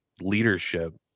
leadership